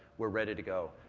we're ready to go.